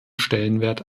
stellenwert